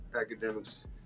academics